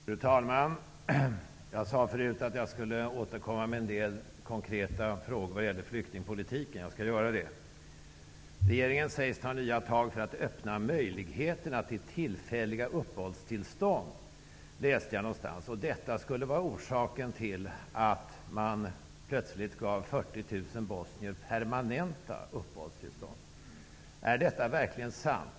Fru talman! Jag sade förut att jag skulle återkomma med en del konkreta frågor när det gäller flyktingpolitiken, och jag skall nu göra det. Regeringen sägs ta nya tag för att öppna möjligheterna till tillfälliga uppehållstillstånd, läste jag någonstans. Detta skulle vara orsaken till att man plötsligt gav 40 000 bosnier permanenta uppehållstillstånd. Är detta verkligen sant?